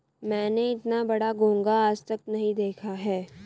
मैंने इतना बड़ा घोंघा आज तक नही देखा है